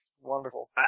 wonderful